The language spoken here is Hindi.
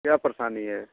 क्या परेशानी है